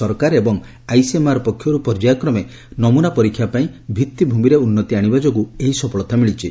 ସରକାର ଏବଂ ଆଇସିଏମ୍ଆର୍ ପକ୍ଷରୁ ପର୍ଯ୍ୟାୟକ୍ରମେ ନମୁନା ପରୀକ୍ଷା ପାଇଁ ଭିଭିଭୂମିରେ ଉନ୍ନତି ଆଶିବା ଯୋଗୁଁ ଏହି ସଫଳତା ମିଳିଛି